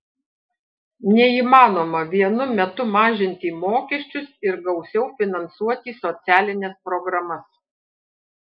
neįmanoma vienu metu mažinti mokesčius ir gausiau finansuoti socialines programas